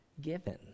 given